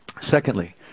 Secondly